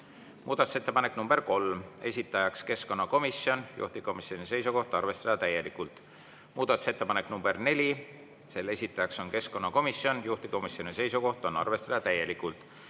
Muudatusettepanek nr 3, esitajaks keskkonnakomisjon, juhtivkomisjoni seisukoht on arvestada täielikult. Muudatusettepanek nr 4, selle esitajaks on keskkonnakomisjon, juhtivkomisjoni seisukoht on arvestada täielikult.